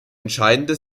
entscheidende